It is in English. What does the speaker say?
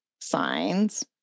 signs